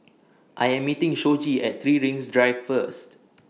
I Am meeting Shoji At three Rings Drive First